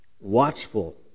watchful